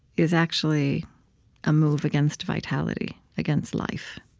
is actually a move against vitality, against life.